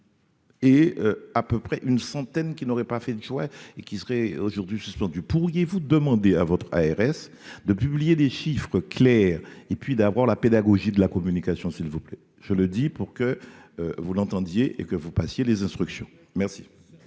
Et à peu près une centaine qui n'aurait pas fait de choix et qui serait aujourd'hui suspendu, pourriez-vous demander à votre ARS de publier des chiffres clairs et puis d'avoir la pédagogie de la communication, s'il vous plaît, je le dis pour que vous l'entendiez et que vous passiez les instructions merci.